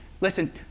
Listen